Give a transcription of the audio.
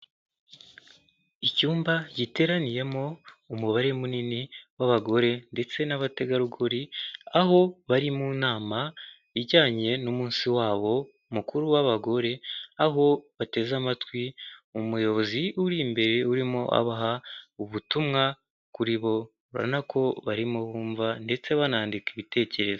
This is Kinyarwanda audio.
Icyumba giteraniyemo umubare munini w'abagore ndetse n'abategarugori, aho bari mu nama ijyanye n'umunsi wabo mukuru w'abagore, aho bateze amatwi umuyobozi uri imbere urimo abaha ubutumwa kuri bo, urabona ko barimo bumva, ndetse banandika ibitekerezo.